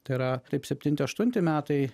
tai yra taip septinti aštunti metai